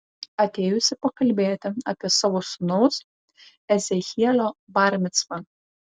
atėjusi pakalbėti apie savo sūnaus ezechielio bar micvą